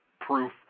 proof